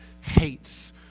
hates